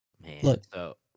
Look